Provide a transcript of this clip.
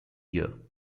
year